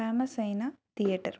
famous అయిన theatre